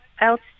else